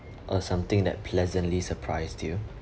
or something that pleasantly surprised you